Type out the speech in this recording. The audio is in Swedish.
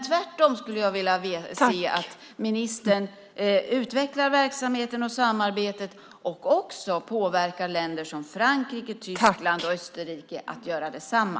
Tvärtom skulle jag vilja se att ministern utvecklar verksamheten och samarbetet och också påverkar länder som Frankrike, Tyskland och Österrike att göra detsamma.